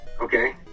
okay